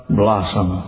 blossom